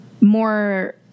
more